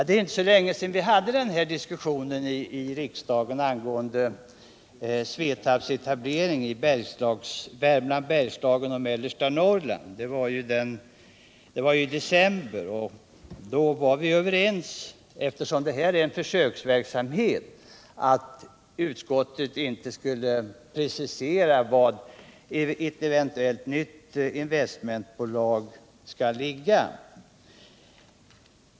Det är inte länge sedan vi hade en diskussion i riksdagen angående Svetabs etablering i Värmland, Bergslagen och mellersta Norrland. Det skedde i december, och då var vi överens, eftersom det här var fråga om en försöksverksamhet och utskottet inte skulle precisera var ett eventuellt nytt investmentbolag skulle ligga.